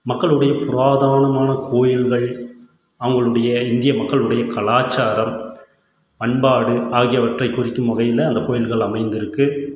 மக்களுடைய பிரதானமான கோயில்கள் அவங்களுடைய இந்திய மக்களுடைய கலாச்சாரம் பண்பாடு ஆகியவற்றை குறிக்கும் வகையில் அந்த கோயில்கள் அமைந்திருக்குது